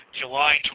July